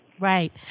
Right